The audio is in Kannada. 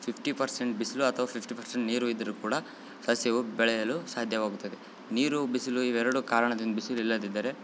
ಫಿಫ್ಟಿ ಪರ್ಸೆಂಟ್ ಬಿಸ್ಲು ಅಥವ ಫಿಫ್ಟಿ ಪರ್ಸೆಂಟ್ ನೀರು ಇದ್ರು ಕೂಡ ಸಸ್ಯವು ಬೆಳೆಯಲು ಸಾಧ್ಯವಾಗುತ್ತದೆ ನೀರು ಬಿಸಿಲು ಇವೆರಡು ಕಾರಣದಿಂದ ಬಿಸಿಲು ಇಲ್ಲದಿದ್ದರೆ